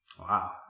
Wow